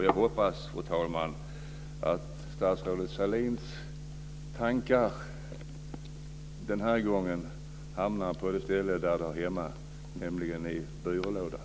Jag hoppas, fru talman, att statsrådet Sahlins tankar den här gången hamnar på det ställe där de hör hemma, nämligen i byrålådan.